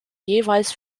jeweils